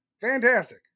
Fantastic